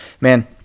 man